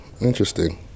Interesting